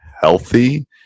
healthy